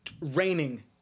raining